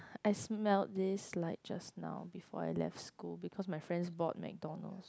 I smelled this like just now before I left school because my friends bought McDonald's